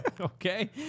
Okay